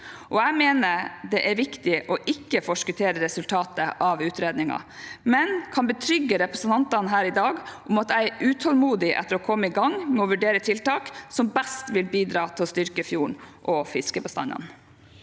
Jeg mener det er viktig ikke å forskuttere resultatet av utredningen, men jeg kan betrygge representantene her i dag om at jeg er utålmodig etter å komme i gang med å vurdere tiltak som best vil bidra til å styrke fjorden og fiskebestandene.